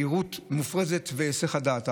מהירות מופרזת והיסח הדעת,